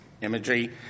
imagery